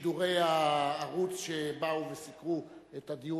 בשידורי הערוץ שבאו וסיקרו את הדיון.